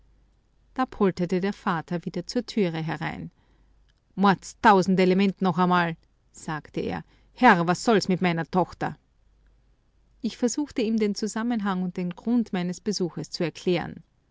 da polterte der vater wieder zur türe herein mordtausendelement noch einmal sagte er herr was soll's mit meiner tochter ich versuchte ihm den zusammenhang und den grund meines besuches zu erklären